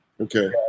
Okay